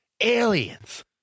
Aliens